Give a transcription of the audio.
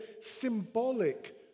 symbolic